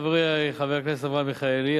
חברי חבר הכנסת אברהם מיכאלי,